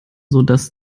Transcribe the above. sodass